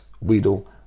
Weedle